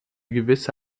gewisse